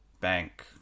bank